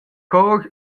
chor